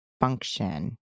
function